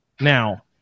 Now